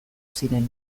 ziren